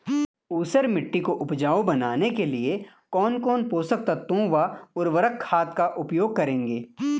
ऊसर मिट्टी को उपजाऊ बनाने के लिए कौन कौन पोषक तत्वों व उर्वरक खाद का उपयोग करेंगे?